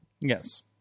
Yes